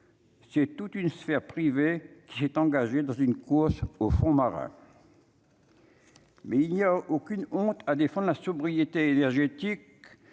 c'est toute une sphère privée qui est engagé dans une course au fond marin. Mais il n'y a aucune honte à défendre la sobriété énergétique,